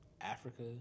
Africa